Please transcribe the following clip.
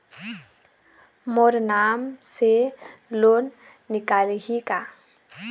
मोर नाम से लोन निकारिही का?